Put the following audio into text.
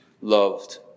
loved